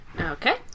Okay